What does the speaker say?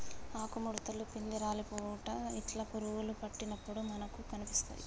ఆకు ముడుతలు, పిందె రాలిపోవుట ఇట్లా పురుగులు పట్టినప్పుడు మనకు కనిపిస్తాయ్